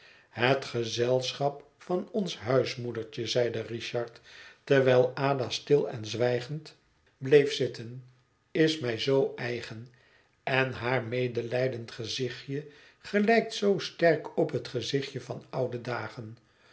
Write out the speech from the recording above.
het gezelschap van ons huismoedertje zeide richard terwijl ada stil en zwijgend bleef zitten is mij zoo eigen en haar medelijdend gezichtje gelijkt zoo sterk op het gezichtje van oude dagen